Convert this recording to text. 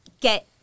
get